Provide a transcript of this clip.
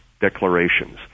declarations